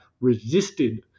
resisted